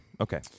Okay